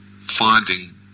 finding